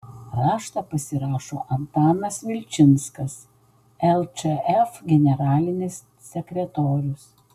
raštą pasirašo antanas vilčinskas lčf generalinis sekretorius